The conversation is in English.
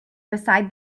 beside